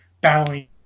battling